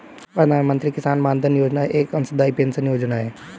प्रधानमंत्री किसान मानधन योजना एक अंशदाई पेंशन योजना है